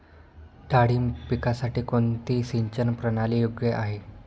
डाळिंब पिकासाठी कोणती सिंचन प्रणाली योग्य आहे?